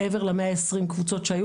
מעבר למאה עשרים קבוצות שהיו,